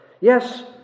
Yes